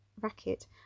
racket